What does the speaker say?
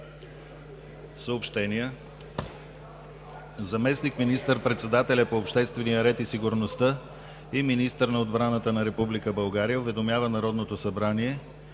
Съобщения